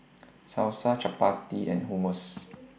Salsa Chapati and Hummus